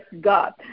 God